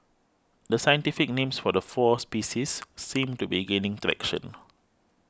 the scientific names for the four species seem to be gaining traction